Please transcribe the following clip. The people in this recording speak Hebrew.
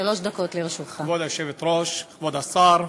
כבוד היושבת-ראש, כבוד השר,